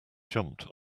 jumped